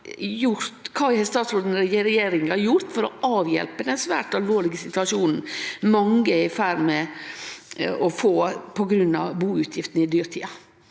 Kva har statsråden og regjeringa gjort for å avhjelpe den svært alvorlege situasjonen mange er i ferd med å få på grunn av buutgiftene i dyrtida?